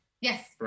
Yes